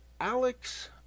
Alex